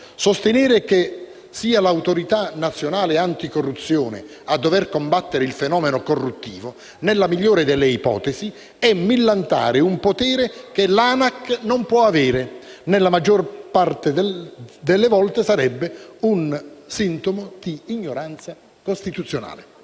Sostenere che sia l'Autorità nazionale anticorruzione a dover combattere il fenomeno corruttivo significa, nella migliore delle ipotesi, millantare un potere che l'ANAC non può avere, mentre nella maggior parte dei casi è sintomo di «ignoranza costituzionale».